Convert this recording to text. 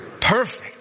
Perfect